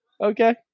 Okay